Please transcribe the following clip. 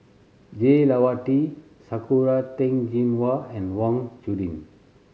Jah Lelawati Sakura Teng Ying Hua and Wang Chunde